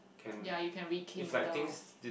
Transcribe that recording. ya you can rekindle